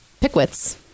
pickwits